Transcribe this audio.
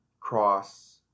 cross